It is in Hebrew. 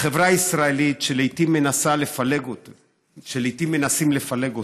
החברה הישראלית, שלעיתים מנסים לפלג אותה,